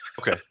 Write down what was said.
Okay